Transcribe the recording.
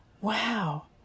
Wow